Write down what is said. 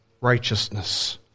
righteousness